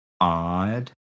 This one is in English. odd